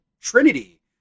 Trinity